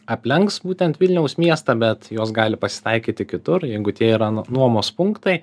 aplenks būtent vilniaus miestą bet jos gali pasitaikyti kitur jeigu tie yra nuomos punktai